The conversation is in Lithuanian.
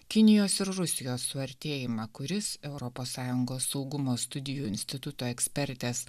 kinijos ir rusijos suartėjimą kuris europos sąjungos saugumo studijų instituto ekspertės